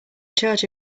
charge